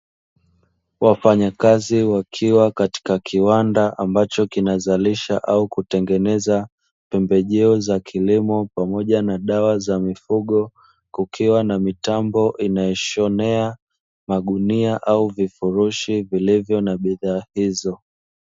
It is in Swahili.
Wafanyakazi wakiwa katika kiwanda, ambacho kinazalisha au kutengeneza pembejeo za kilimo pamoja na dawa za mifugo kukiwa na mitambo, inayoshonea magunia au vifurushi vilivyo na bidhaa hizo.